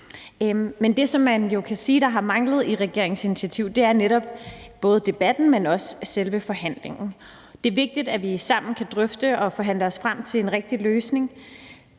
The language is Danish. Men det, som man kan sige har manglet i regeringens initiativ, er netop både debatten, men også selve forhandlingen. Det er vigtigt, at vi sammen kan drøfte og forhandle os frem til en rigtig løsning,